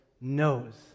knows